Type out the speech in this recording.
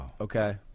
Okay